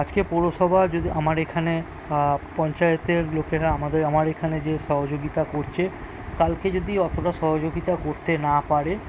আজকে পৌরসভা যদি আমার এখানে পঞ্চায়েতের লোকেরা আমাদের আমার এখানে যে সহযোগিতা করছে কালকে যদি অতটা সহযোগিতা করতে না পারে